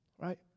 right